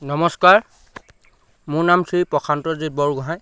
নমস্কাৰ মোৰ নাম শ্ৰী প্ৰশান্তজিৎ বৰগোঁহাই